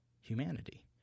humanity